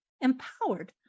empowered